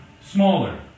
smaller